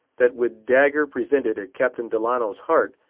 that with dagger presented at captain delano's heart,